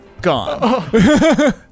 gone